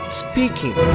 speaking